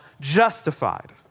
justified